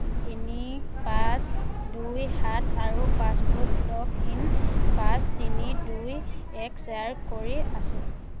তিনি পাঁচ দুই সাত আৰু পাছৱৰ্ড লগ ইন পাঁচ তিনি দুই এক শ্বেয়াৰ কৰি আছোঁ